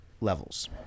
levels